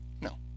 No